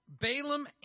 Balaam